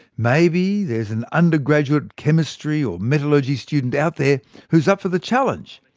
maybe there's an undergraduate chemistry or metallurgy student out there who's up for the challenge?